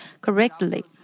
correctly